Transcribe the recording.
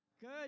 Good